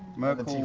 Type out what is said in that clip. merkel's